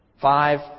Five